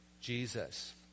Jesus